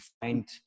find